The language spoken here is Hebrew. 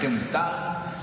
לכם מותר,